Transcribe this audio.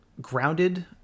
grounded